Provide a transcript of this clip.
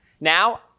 Now